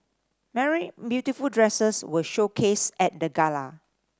many beautiful dresses were showcased at the gala